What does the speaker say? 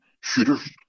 shooters